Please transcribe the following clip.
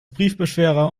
briefbeschwerer